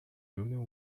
lunar